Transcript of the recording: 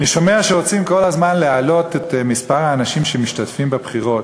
אני שומע שרוצים כל הזמן להעלות את מספר האנשים שמשתתפים בבחירות,